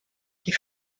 die